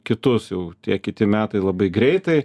kitus jau tie kiti metai labai greitai